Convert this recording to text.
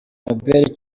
nobel